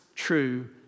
True